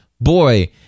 Boy